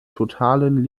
totalen